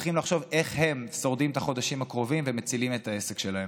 לחשוב איך הם שורדים את החודשים הקרובים ומצילים את העסק שלהם.